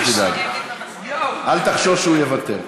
אל תחשוש שהוא יוותר.